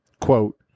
Quote